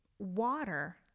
water